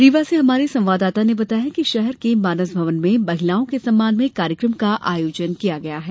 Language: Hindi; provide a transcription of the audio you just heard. रीवा से हमारे संवाददाता ने बताया है कि शहर के मानस भवन में महिलाओं के सम्मान में कार्यक्रम का आयोजन किया गया है